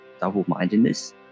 double-mindedness